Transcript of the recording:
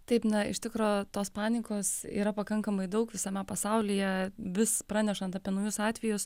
taip na iš tikro tos panikos yra pakankamai daug visame pasaulyje vis pranešant apie naujus atvejus